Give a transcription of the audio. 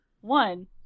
one